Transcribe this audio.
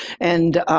and,